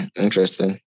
Interesting